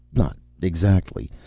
not exactly.